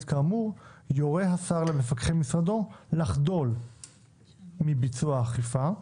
כאמור יורה השר למפקחי משרדו לחדול מביצוע האכיפה,